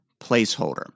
placeholder